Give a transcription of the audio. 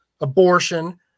abortion